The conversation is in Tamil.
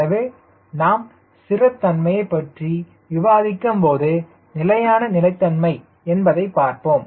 எனவே நாம் ஸ்திரத்தன்மையைப் பற்றி விவாதிக்கும்போது நிலையான நிலைத்தன்மை என்பதை பார்த்தோம்